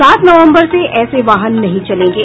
सात नवम्बर से ऐसे वाहन नहीं चलेंगे